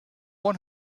one